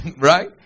right